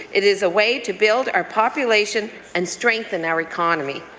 it is a way to build our population and strengthen our economy.